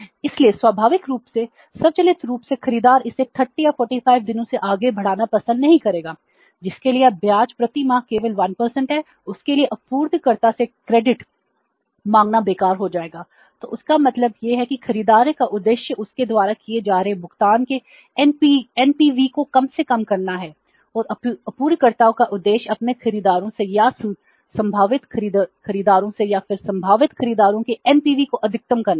इसलिए स्वाभाविक रूप से स्वचालित रूप से खरीदार इसे 30 या 45 दिनों से आगे बढ़ाना पसंद नहीं करेगा जिसके लिए ब्याज प्रति माह केवल 1 है उसके लिए आपूर्तिकर्ता से क्रेडिट को अधिकतम करना है